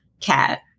cat